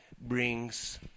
brings